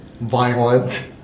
violent